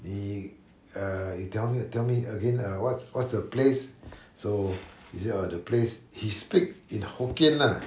he err he tell me tell me again err what what's the place so he say orh the place he speak in hokkien lah